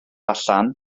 allan